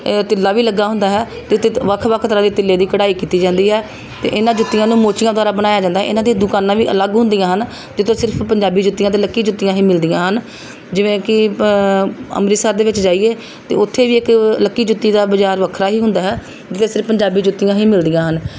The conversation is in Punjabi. ਤਿੱਲਾ ਵੀ ਲੱਗਾ ਹੁੰਦਾ ਹੈ ਅਤੇ ਵੱਖ ਵੱਖ ਤਰ੍ਹਾਂ ਦੀ ਤਿੱਲੇ ਦੀ ਕਢਾਈ ਕੀਤੀ ਜਾਂਦੀ ਹੈ ਅਤੇ ਇਨ੍ਹਾਂ ਜੁੱਤੀਆਂ ਨੂੰ ਮੋਚੀਆਂ ਦੁਆਰਾ ਬਣਾਇਆ ਜਾਂਦਾ ਹੈ ਇਹਨਾਂ ਦੀਆਂ ਦੁਕਾਨਾਂ ਵੀ ਅਲੱਗ ਹੁੰਦੀਆਂ ਹਨ ਜਿੱਥੋਂ ਸਿਰਫ਼ ਪੰਜਾਬੀ ਜੁੱਤੀਆਂ ਅਤੇ ਲੱਕੀ ਜੁੱਤੀਆਂ ਹੀ ਮਿਲਦੀਆਂ ਹਨ ਜਿਵੇਂ ਕਿ ਅੰਮ੍ਰਿਤਸਰ ਦੇ ਵਿੱਚ ਜਾਈਏ ਤਾਂ ਉੱਥੇ ਵੀ ਇੱਕ ਲੱਕੀ ਜੁੱਤੀ ਦਾ ਬਜ਼ਾਰ ਵੱਖਰਾ ਹੀ ਹੁੰਦਾ ਹੈ ਜਿਸ ਵਿੱਚ ਸਿਰਫ ਪੰਜਾਬੀ ਜੁੱਤੀਆਂ ਹੀ ਮਿਲਦੀਆਂ ਹਨ